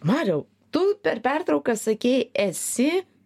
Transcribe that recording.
mariau tu per pertrauką sakei esi